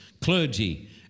clergy